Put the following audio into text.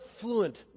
fluent